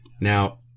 now